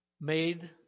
made